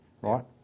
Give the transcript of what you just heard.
right